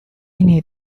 need